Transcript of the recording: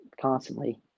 constantly